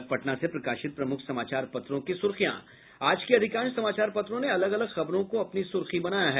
अब पटना से प्रकाशित प्रमुख समाचार पत्रों की सुर्खियां आज के अधिकांश समाचार पत्रों ने अलग अलग खबरों को अपनी सुर्खी बनायी है